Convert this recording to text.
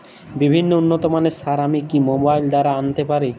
বিভিন্ন উন্নতমানের সার আমি কি মোবাইল দ্বারা আনাতে পারি?